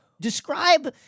Describe